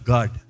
God